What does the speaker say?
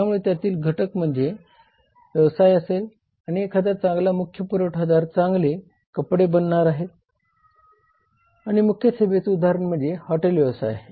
त्यामुळे त्यातील घटक एक म्हणजे व्यवसाय असेल आणि एखादा चांगला मुख्य पुरवठादार चांगले कपडे बनवणारे आहे आणि मुख्य सेवेचा उदाहरण म्हणजे हॉटेल व्यवसाय आहे